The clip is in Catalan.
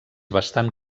bastant